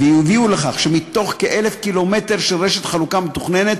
והביאו לכך שמכ-1,000 ק"מ של רשת חלוקה מתוכננת,